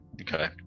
Okay